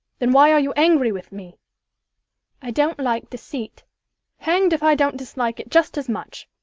then why are you angry with me i don't like deceit hanged if i don't dislike it just as much.